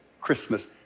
Christmas